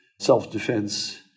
self-defense